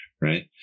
right